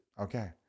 Okay